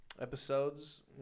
Episodes